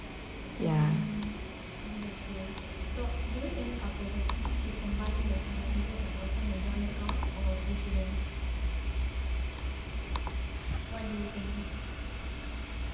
ya